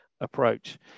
approach